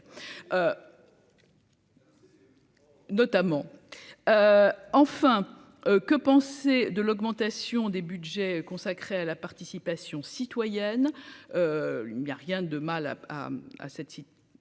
enfin, que penser. De l'augmentation des Budgets consacrés à la participation citoyenne,